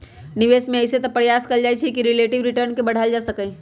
निवेश में अइसे तऽ प्रयास कएल जाइ छइ कि रिलेटिव रिटर्न के बढ़ायल जा सकइ